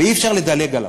ואי-אפשר לדלג עליו.